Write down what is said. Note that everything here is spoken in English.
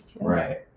right